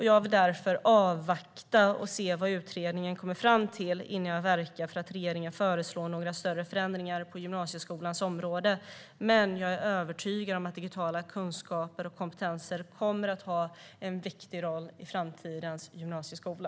Jag vill avvakta och se vad utredningen kommer fram till innan jag verkar för att regeringen ska föreslå några större förändringar på gymnasieskolans område, men jag är övertygad om att digitala kunskaper och kompetenser kommer att ha en viktig roll i framtidens gymnasieskola.